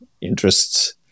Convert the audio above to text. interests